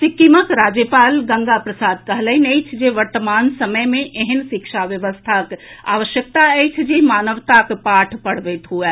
सिक्किमक राज्यपाल गंगा प्रसाद कहलनि अछि जे वर्तमान समय मे एहेन शिक्षा व्यवस्थाक आवश्यकता अछि जे मानवताक पाठ पढ़बैत होमए